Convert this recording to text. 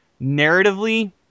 narratively